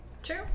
True